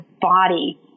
body